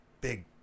big